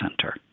Center